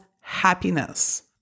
happiness